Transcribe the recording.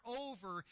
over